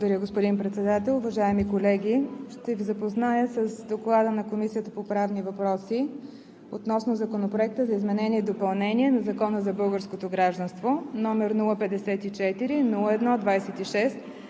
Благодаря, господин Председател. Уважаеми колеги, ще Ви запозная с „ДОКЛАД на Комисията по правни въпроси относно Законопроект за изменение и допълнение на Закона за българското гражданство, № 054-01-26,